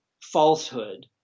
falsehood